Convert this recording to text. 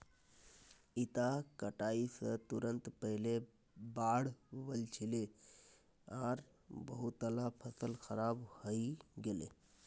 इता कटाई स तुरंत पहले बाढ़ वल छिले आर बहुतला फसल खराब हई गेले